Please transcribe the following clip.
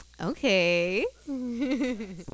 Okay